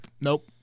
nope